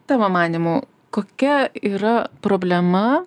tavo manymu kokia yra problema